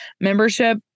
membership